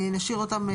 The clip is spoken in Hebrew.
נשאיר אותם,